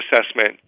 assessment